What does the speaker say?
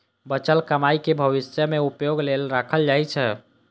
बचल कमाइ कें भविष्य मे उपयोग लेल राखल जाइ छै